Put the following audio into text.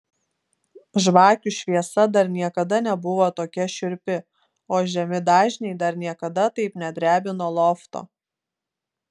žvakių šviesa dar niekada nebuvo tokia šiurpi o žemi dažniai dar niekada taip nedrebino lofto